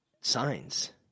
signs